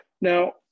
Now